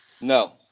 No